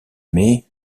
aimées